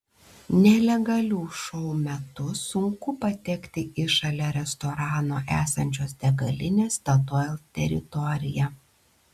nelegalių šou metu sunku patekti į šalia restorano esančios degalinės statoil teritoriją